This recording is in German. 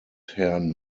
herrn